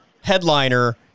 headliner